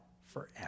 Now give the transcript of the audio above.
forever